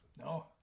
No